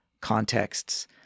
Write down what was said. contexts